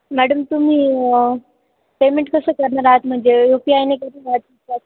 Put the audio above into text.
madam तुम्ही payment कसं करणार आहात म्हणजे यू पी आयने